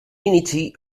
unity